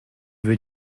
veux